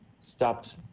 stopped